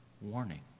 warning